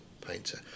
painter